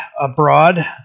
abroad